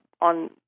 on